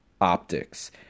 optics